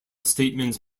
statements